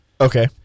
Okay